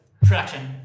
Production